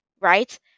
right